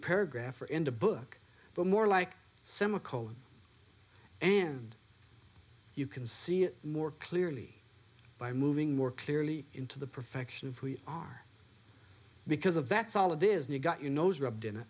paragraph or into book but more like semi colon and you can see it more clearly by moving more clearly into the perfection of who you are because of that's all it is you got you nose rubbed in